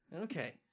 Okay